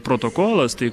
protokolas tai